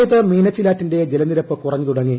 കോട്ടയത്ത് മീനച്ചിലാറ്റിലെ ജലനിരപ്പ് കുറഞ്ഞു തുടങ്ങി